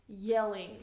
Yelling